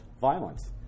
violence